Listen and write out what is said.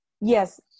yes